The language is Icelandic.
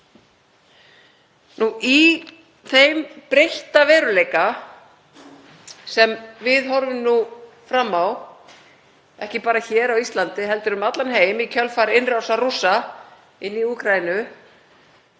Í þeim breytta veruleika sem við horfum nú fram á, ekki bara hér á Íslandi heldur um allan heim í kjölfar innrásar Rússa í Úkraínu,